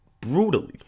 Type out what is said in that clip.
brutally